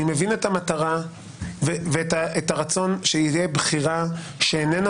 אני מבין את המטרה ואת הרצון שתהיה בחירה שאיננה